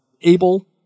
able